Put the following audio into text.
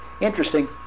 Interesting